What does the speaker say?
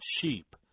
sheep